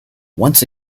once